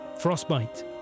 Frostbite